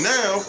Now